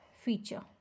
feature